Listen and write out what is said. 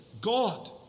God